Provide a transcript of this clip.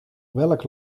welk